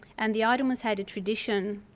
and the ottomans had a tradition,